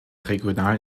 regionalen